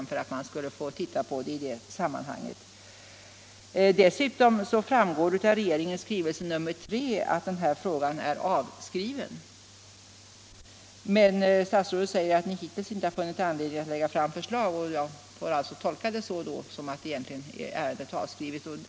Av regeringens skrivelse nr 3 framgår dessutom att denna fråga är avskriven, och när herr statsrådet här säger att regeringen hittills inte har funnit anledning att lägga fram förslag, så får jag väl tolka det så att ärendet egentligen är avskrivet.